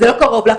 זה לא קרוב לך,